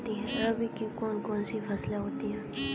रबी की कौन कौन सी फसलें होती हैं?